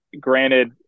granted